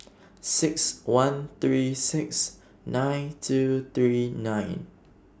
six one three six nine two three nine